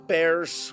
Bears